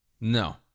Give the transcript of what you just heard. No